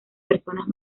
personas